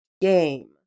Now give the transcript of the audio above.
game